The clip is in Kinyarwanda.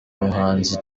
umuhanzi